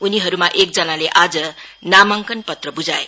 उनीहरूमा एकजनाले आज नामांकन पत्र ब्झाए